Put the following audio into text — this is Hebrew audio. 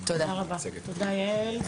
תודה, יעל.